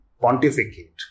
pontificate